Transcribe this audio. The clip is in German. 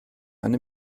eine